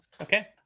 Okay